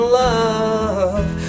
love